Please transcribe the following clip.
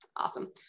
Awesome